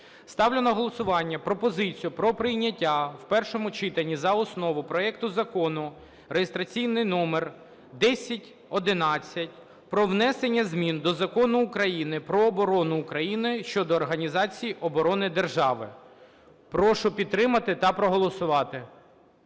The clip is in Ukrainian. Ставлю на голосування пропозицію про прийняття в першому читанні за основу проекту Закону (реєстраційний номер 1011) про внесення змін до Закону України "Про оборону України" щодо організації оборони держави. Прошу підтримати та проголосувати.